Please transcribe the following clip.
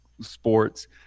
sports